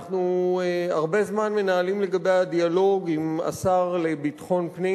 אנחנו הרבה זמן מנהלים לגביה דיאלוג עם השר לביטחון פנים.